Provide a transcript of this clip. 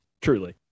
truly